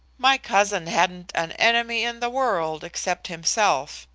my cousin hadn't an enemy in the world except himself,